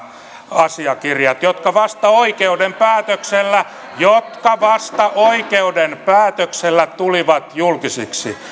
asiakirjat jotka vasta oikeuden päätöksellä jotka vasta oikeuden päätöksellä tulivat julkisiksi